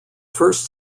first